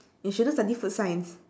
you shouldn't study food science